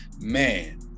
man